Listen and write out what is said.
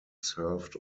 served